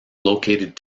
located